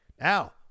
Now